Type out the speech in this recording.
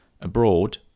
Abroad